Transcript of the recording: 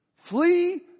Flee